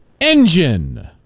engine